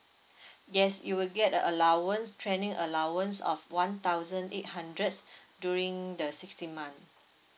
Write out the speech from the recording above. yes you will get a allowance training allowance of one thousand eight hundred during the sixteen month